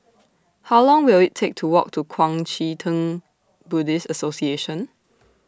How Long Will IT Take to Walk to Kuang Chee Tng Buddhist Association